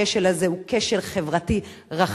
הכשל הזה הוא כשל חברתי רחב.